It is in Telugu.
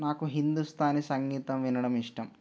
నాకు హిందూస్థానీ సంగీతం వినడం ఇష్టం